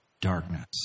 darkness